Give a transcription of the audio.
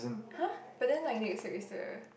!huh! but then like next week is the